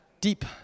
Deep